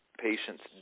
patients